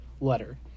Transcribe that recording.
letter